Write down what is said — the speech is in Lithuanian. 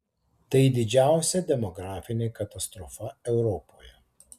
tai didžiausia demografinė katastrofa europoje